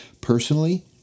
personally